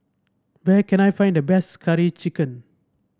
where can I find the best Curry Chicken